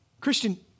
Christian